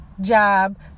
job